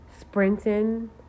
sprinting